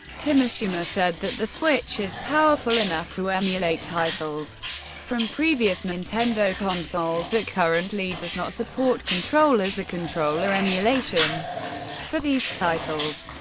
kimishima said that the switch is powerful enough to emulate titles from previous nintendo consoles, but currently does not support controllers or controller emulation for these titles.